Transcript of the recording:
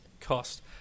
cost